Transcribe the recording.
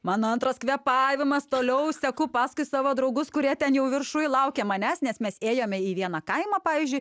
mano antras kvėpavimas toliau seku paskui savo draugus kurie ten jau viršuj laukia manęs nes mes ėjome į vieną kaimą pavyzdžiui